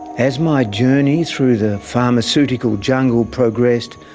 as my journey through the pharmaceutical jungle progressed,